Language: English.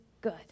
good